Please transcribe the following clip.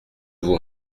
vous